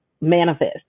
manifest